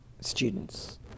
students